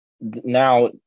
now